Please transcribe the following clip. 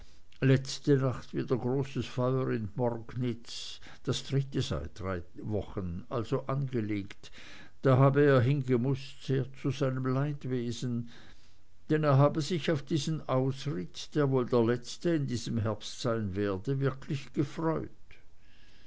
letzte nacht wieder großes feuer in morgenitz das dritte seit drei wochen also angelegt da habe er hingemußt sehr zu seinem leidwesen denn er habe sich auf diesen ausritt der wohl der letzte in diesem herbst sein werde wirklich gefreut